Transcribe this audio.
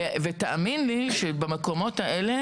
ותאמין לי שבמקומות האלה